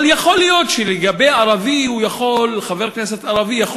אבל יכול להיות שלגבי ערבי חבר כנסת ערבי יכול